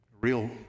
real